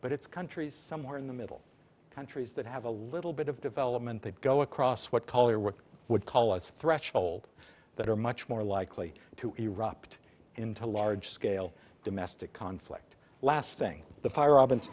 but it's countries somewhere in the middle countries that have a little bit of development that go across what color work would call a threshold that are much more likely to erupt into large scale domestic conflict last thing the fire